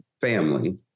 family